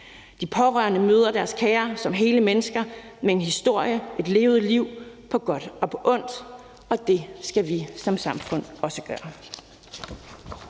de pårørende møder deres kære som hele mennesker med en historie, et levet liv på godt og på ondt, og det skal vi som samfund også gøre.